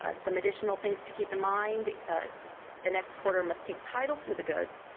ah some additional things to keep in mind an exporter must take title to the goods,